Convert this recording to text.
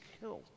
killed